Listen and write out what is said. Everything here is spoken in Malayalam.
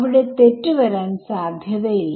അവിടെ തെറ്റ് വരാൻ സാധ്യത ഇല്ല